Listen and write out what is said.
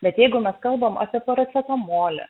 bet jeigu mes kalbam apie paracetamolį